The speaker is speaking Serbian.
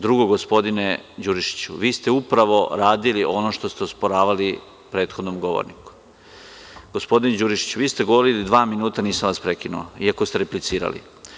Drugo, gospodine Đurišiću, vi ste upravo radili ono što ste osporavali prethodnom govorniku. (Marko Đurišić, s mesta: Koje?) Gospodine Đurišiću, vi ste govorili dva minuta, a nisam vas prekinuo, iako ste replicirali.